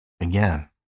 Again